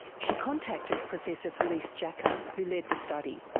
she contacted professor felice jacka who led the study.